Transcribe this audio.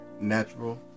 natural